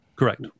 Correct